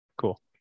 Cool